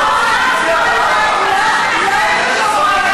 של האופוזיציה?